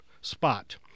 spot